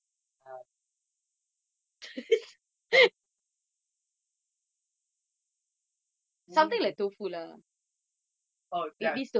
tau is oh ya something tofu ya okay tofu sambal